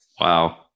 Wow